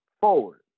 forward